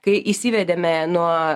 kai įsivedėme nuo